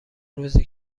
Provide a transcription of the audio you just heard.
روزی